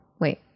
wait